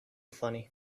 funny